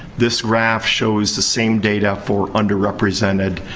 this graph shows the same data for underrepresented